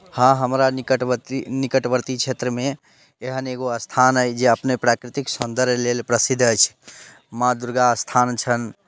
हँ हमरा निकटवर्ती निकटवर्ती क्षेत्रमे एहन एगो स्थान अछि जे अपने प्राकृतिक सौन्दर्य लेल प्रसिद्ध अछि माँ दुर्गा स्थान छनि